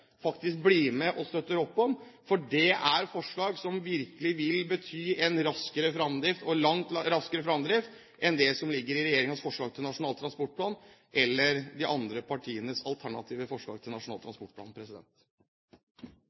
faktisk blir med og støtter opp om. For det er forslag som virkelig vil bety en langt raskere fremdrift enn det som ligger i regjeringens forslag til Nasjonal transportplan eller de andre partienes alternative forslag til Nasjonal transportplan.